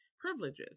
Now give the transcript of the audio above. privileges